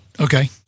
Okay